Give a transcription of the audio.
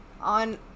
On